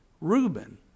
Reuben